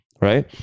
Right